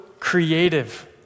creative